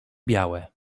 białe